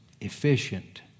efficient